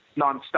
nonstop